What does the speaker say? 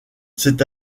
c’est